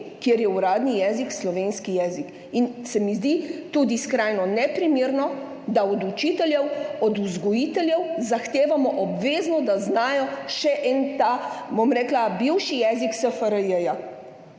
kjer je uradni jezik slovenski jezik. In se mi zdi tudi skrajno neprimerno, da od učiteljev, od vzgojiteljev zahtevamo obvezno, da znajo še en ta, bom rekla, bivši jezik SFRJ.